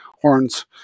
Horns